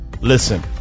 Listen